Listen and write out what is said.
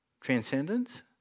transcendence